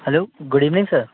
hello good evening sir